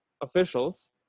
officials